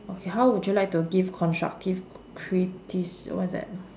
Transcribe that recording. okay how would you like to give constructive critici~ what's that